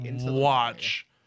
watch